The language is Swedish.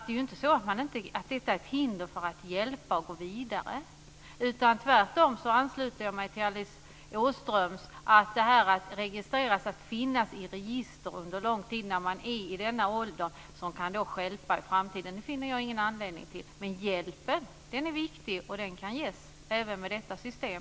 Det är inte så att detta är ett hinder för att hjälpa och gå vidare. Tvärtom ansluter jag mig till Alice Åström om att detta att finnas i ett register under lång tid i denna ålder kan stjälpa en i framtiden. Det finner jag ingen anledning till, men hjälpen är viktig, och den kan ges även med detta system.